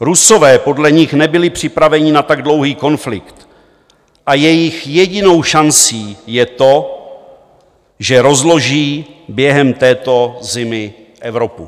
Rusové podle nich nebyli připraveni na tak dlouhý konflikt a jejich jedinou šancí je to, že rozloží během této zimy Evropu.